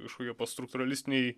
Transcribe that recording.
kažkokie pastruktūralistiniai